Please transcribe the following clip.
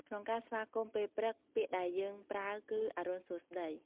ក្នុងការស្វាគមន៍ពេលព្រឹក ពាក្យដែលយើងប្រើគឺ អរុណសួស្ដី។